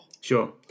Sure